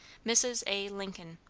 mrs. a. lincoln.